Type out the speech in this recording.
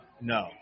No